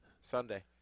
Sunday